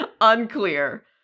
unclear